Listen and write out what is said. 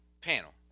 panel